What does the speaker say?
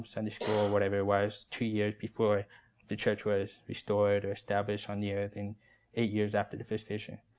sunday school, whatever it was, two years before the church was restored or established on the earth, and eight years after the first vision.